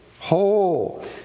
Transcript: whole